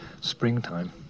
springtime